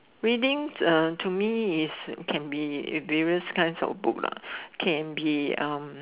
reading uh to me is can be various kinds of book lah can be um